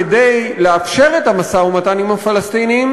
כדי לאפשר את המשא-ומתן עם הפלסטינים,